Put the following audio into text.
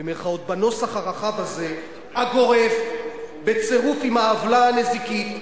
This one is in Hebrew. בנוסח הרחב הזה, הגורף, בצירוף עם העוולה הנזיקית,